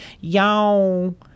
y'all